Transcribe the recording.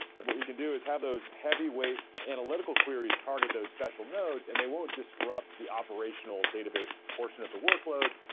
and what you can do is have those heavyweight analytical queries target those special nodes, and they will disrupt the operational database portion of the workload.